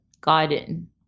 garden